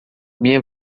minha